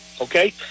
Okay